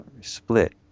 split